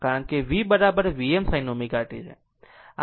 કારણ કે V બરાબર Vm sin ω t છે